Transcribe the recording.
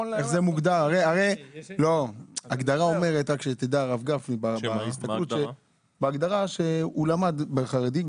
הרי בהגדרה, הרב גפני - שהוא למד בחרדי.